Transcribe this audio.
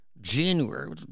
January